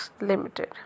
limited